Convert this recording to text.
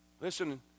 Listen